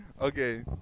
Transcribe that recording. Okay